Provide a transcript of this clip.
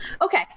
Okay